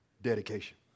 Dedication